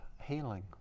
healing